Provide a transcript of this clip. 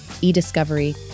e-discovery